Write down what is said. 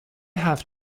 have